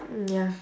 mm ya